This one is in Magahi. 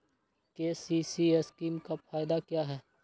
के.सी.सी स्कीम का फायदा क्या है?